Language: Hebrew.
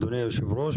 אדוני היושב-ראש,